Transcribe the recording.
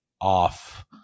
off